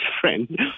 friend